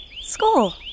school